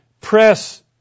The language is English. press